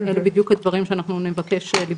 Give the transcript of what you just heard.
אלה הדברים שנבקש לבדוק.